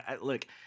look